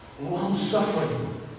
long-suffering